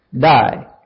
die